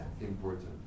important